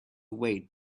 wait